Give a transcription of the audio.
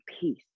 peace